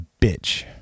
bitch